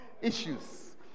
Issues